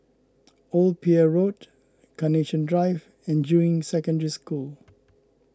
Old Pier Road Carnation Drive and Juying Secondary School